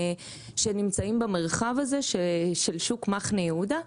שנמצאים במרחב הזה של שוק מחנה יהודה.